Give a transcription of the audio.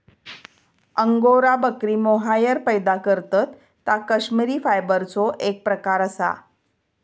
angora बकरी mohair पैदा करतत ता कश्मिरी फायबरचो एक प्रकार असा